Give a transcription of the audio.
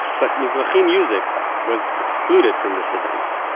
but mizrahi music was excluded from this event.